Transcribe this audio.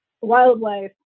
wildlife